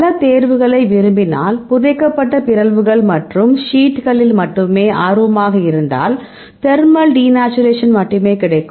பல தேர்வுகளை விரும்பினால் புதைக்கப்பட்ட பிறழ்வுகள் மற்றும் சீட்களில் மட்டுமே ஆர்வமாக இருந்தால் தேர்மல் டிநேச்சுரேஷன் மட்டுமே கிடைக்கும்